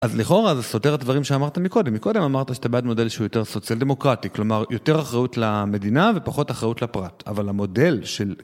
אז לכאורה זה סותר את הדברים שאמרת מקודם, מקודם אמרת שאתה בעד מודל שהוא יותר סוציאל דמוקרטי, כלומר יותר אחריות למדינה ופחות אחריות לפרט. אבל המודל של...